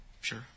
Sure